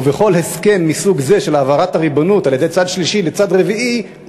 ובכל הסכם מסוג זה של העברת הריבונות על-ידי צד שלישי לצד רביעי,